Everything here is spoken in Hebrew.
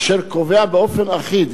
אשר קובע באופן אחיד,